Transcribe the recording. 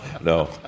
no